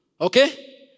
Okay